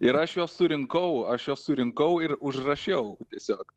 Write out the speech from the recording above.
ir aš juos surinkau aš juos surinkau ir užrašiau tiesiog